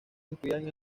incluían